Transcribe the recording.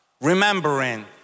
remembering